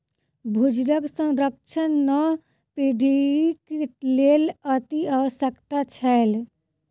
भूजलक संरक्षण नव पीढ़ीक लेल अतिआवश्यक छै